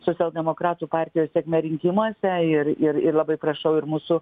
socialdemokratų partijos sėkme rinkimuose ir ir ir labai prašau ir mūsų